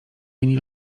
linii